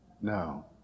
No